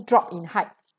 drop in heart